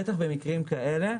בטח במקרים כאלה,